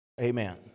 Amen